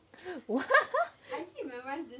what